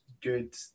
good